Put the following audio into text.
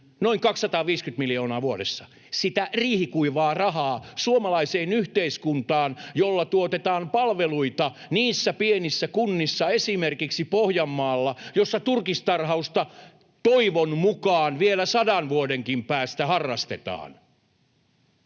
noin 250 miljoonaa vuodessa sitä riihikuivaa rahaa, jolla tuotetaan palveluita niissä pienissä kunnissa esimerkiksi Pohjanmaalla, missä turkistarhausta toivon mukaan vielä sadan vuodenkin päästä harrastetaan.